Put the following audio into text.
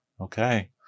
okay